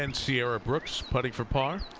and sierra brooks, putting for par.